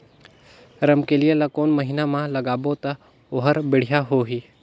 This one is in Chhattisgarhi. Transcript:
रमकेलिया ला कोन महीना मा लगाबो ता ओहार बेडिया होही?